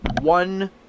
one